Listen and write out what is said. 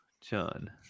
John